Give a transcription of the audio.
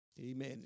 Amen